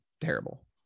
terrible